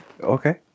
okay